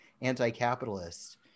anti-capitalist